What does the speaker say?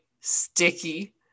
Sticky